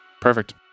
Perfect